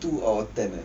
two out of ten eh